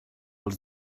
els